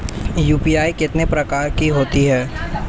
UPI कितने प्रकार की होती हैं?